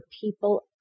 people